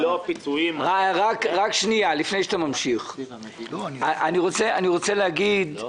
רק שנייה, לפני שאתה ממשיך, אני רוצה להגיד על